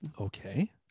okay